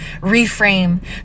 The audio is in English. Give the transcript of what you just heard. reframe